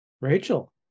Rachel